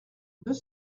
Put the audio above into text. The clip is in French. deux